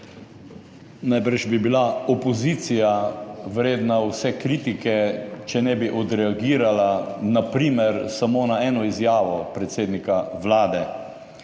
Najbrž bi bila opozicija vredna vse kritike, če ne bi odreagirala na primer samo na eno izjavo predsednika Vlade,